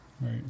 right